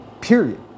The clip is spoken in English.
period